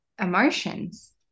emotions